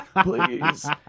please